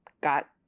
got